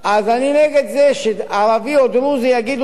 אז אני נגד זה שערבי או דרוזי יגידו לו: